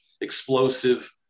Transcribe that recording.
explosive